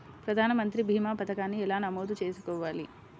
ప్రధాన మంత్రి భీమా పతకాన్ని ఎలా నమోదు చేసుకోవాలి?